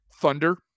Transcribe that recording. thunder